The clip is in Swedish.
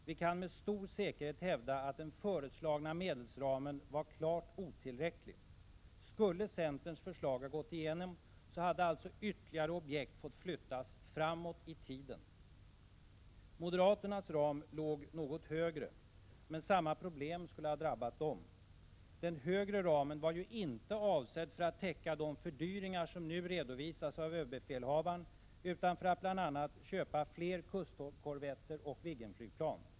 Vi kan med stor säkerhet hävda att den föreslagna medelsramen var klart otillräcklig. Skulle centerns förslag ha gått igenom hade alltså ytterligare objekt fått flyttas framåt i tiden. Moderaternas ram låg något högre, men samma problem skulle ha drabbat dem. Den högre ramen var ju inte avsedd för att täcka de fördyringar som nu redovisas av överbefälhavaren utan för att bl.a. köpa fler kustkorvetter och Viggenflygplan.